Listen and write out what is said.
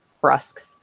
brusque